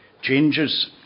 changes